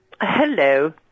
Hello